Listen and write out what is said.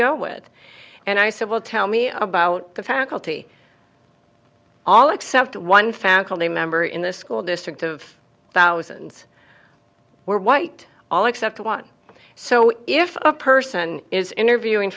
go with and i said well tell me about the faculty all except one faculty member in the school district of thousands were white all except one so if a person is interviewing